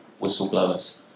whistleblowers